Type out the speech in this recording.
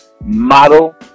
model